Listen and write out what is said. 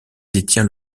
détient